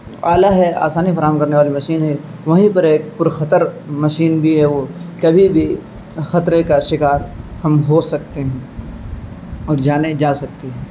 آلہ ہے آسانی فراہم کرنے والی مشین ہے وہیں پر ایک پرخطر مشین بھی ہے وہ کبھی بھی خطرے کا شکار ہم ہو سکتے ہیں اور جانیں جا سکتے ہیں